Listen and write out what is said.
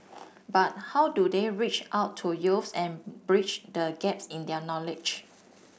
but how do they reach out to youths and bridge the gaps in their knowledge